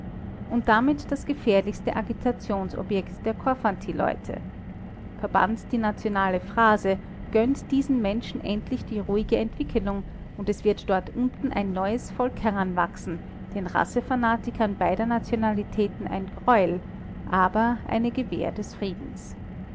und damit das gefährlichste agitationsobjekt der korfanty-leute verbannt die nationale phrase gönnt diesen menschen endlich die ruhige entwickelung und es wird dort unten ein neues volk heranwachsen den rassefanatikern beider nationalitäten ein greuel aber eine gewähr des friedens